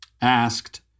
asked